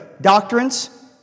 doctrines